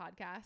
podcast